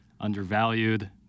undervalued